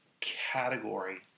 category